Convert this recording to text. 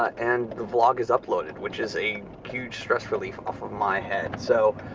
and the vlog is uploaded, which is a huge stress relief off of my head. so,